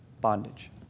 bondage